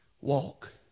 walk